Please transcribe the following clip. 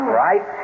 right